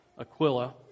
Aquila